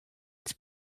its